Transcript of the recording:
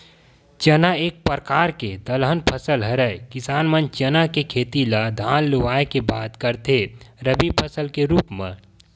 चना एक परकार के दलहन फसल हरय किसान मन चना के खेती ल धान लुए के बाद करथे रबि फसल के रुप म